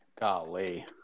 Golly